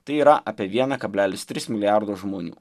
tai yra apie vieną kablelis tris milijardus žmonių